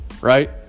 right